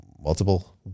multiple